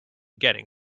getting